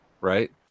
right